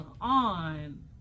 on